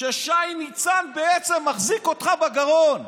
ששי ניצן בעצם מחזיק אותך בגרון.